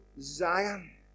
Zion